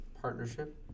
partnership